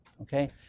Okay